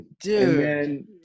Dude